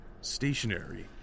stationary